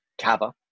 Kava